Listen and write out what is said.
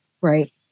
Right